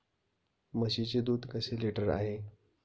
म्हशीचे दूध कसे लिटर आहे?